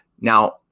Now